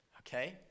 Okay